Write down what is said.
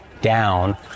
down